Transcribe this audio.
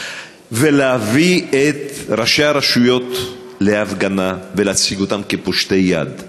ולהביא את ראשי הרשויות להפגנה ולהציג אותם כפושטי יד?